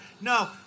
No